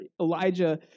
Elijah